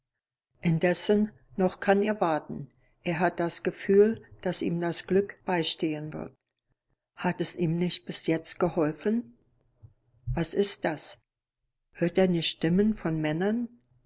indessen noch kann er warten er hat das gefühl daß ihm das glück beistehen wird hat es ihm nicht bis jetzt geholfen was ist das hört er nicht stimmen von männern